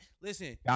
Listen